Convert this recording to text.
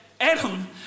Adam